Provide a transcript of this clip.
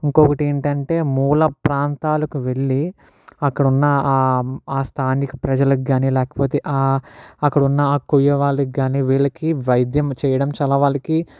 ఇంకొకటి ఏంటంటే మూల ప్రాంతాలకు వెళ్ళి అక్కడున్న ఆ ఆ స్థానిక ప్రజలకు కానీ లేకపోతే ఆ అక్కడున్న ఆ కోయవాళ్ళకి కానీ వీళ్ళకి వైద్యం చేయడం చాల వాళ్ళకి